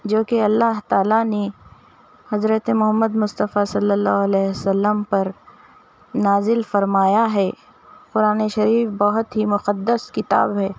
جو کہ اللّہ تعالیٰ نے حضرت محمّد مصطفیٰ صَلّی اللّہ عَلَیہِ وَسلّم پر نازل فرمایا ہے قرآن شریف بہت ہی مُقَدَّس کتاب ہے